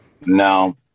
No